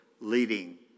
leading